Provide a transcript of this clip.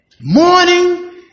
Morning